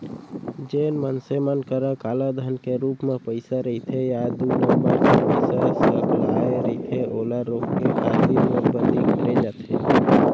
जेन मनसे मन करा कालाधन के रुप म पइसा रहिथे या दू नंबर के पइसा सकलाय रहिथे ओला रोके खातिर नोटबंदी करे जाथे